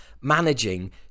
managing